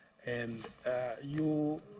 and you